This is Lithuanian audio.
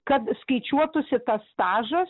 kad skaičiuotųsi tas stažas